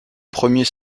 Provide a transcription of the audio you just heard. premiers